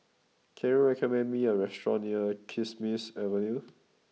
can you recommend me a restaurant near Kismis Avenue